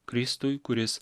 kristui kuris